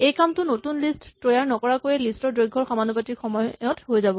এই কামটো নতুন লিষ্ট তৈয়াৰ নকৰাকৈয়ে লিষ্ট ৰ দৈৰ্ঘ্যৰ সমানুপাতিক সময়ত হৈ যাব